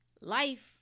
life